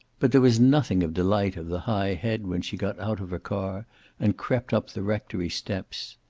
but there was nothing of delight of the high head when she got out of her car and crept up the rectory steps.